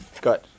Good